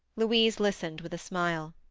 louise listened with a smile.